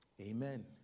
Amen